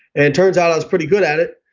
and it turns out i was pretty good at it.